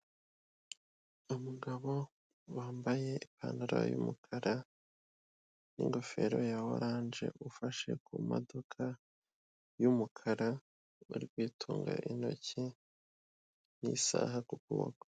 Umugabo wambaye ipantaro y'umukara n'ingofero ya oranje ufashe ku modoka y'umukara uri kuyitunga intoki n'isaha ku kuboko.